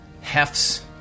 hefts